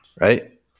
right